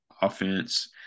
offense